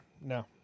no